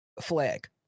flag